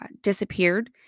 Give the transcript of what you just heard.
Disappeared